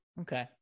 Okay